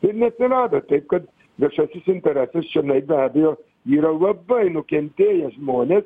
ir neatsirado taip kad viešasis interesas čionai be abejo yra labai nukentėję žmonės